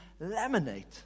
laminate